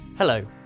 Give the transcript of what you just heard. Hello